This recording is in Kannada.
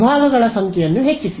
ವಿಭಾಗಗಳ ಸಂಖ್ಯೆಯನ್ನು ಹೆಚ್ಚಿಸಿ